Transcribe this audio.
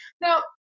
Now